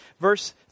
Verse